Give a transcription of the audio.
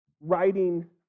writing